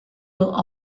will